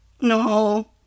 No